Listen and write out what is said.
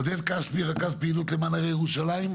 עודד כספי, רכז פעילות למען הרי ירושלים.